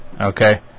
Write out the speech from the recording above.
Okay